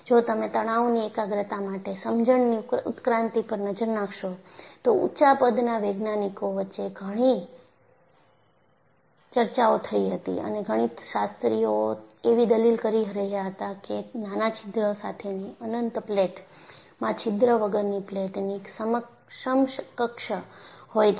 જો તમે તણાવની એકાગ્રતા માટે સમજણની ઉત્ક્રાંતિ પર નજર નાખશો તો ઉંચા પદના વૈજ્ઞાનિકો વચ્ચે ઘણી ચર્ચાઓ થઈ હતી અને ગણિતશાસ્ત્રીઓ એવી દલીલ કરી રહ્યા હતા કે નાના છિદ્ર સાથેની અનંત પ્લેટમાં છિદ્ર વગરની પ્લેટની સમકક્ષ હોય છે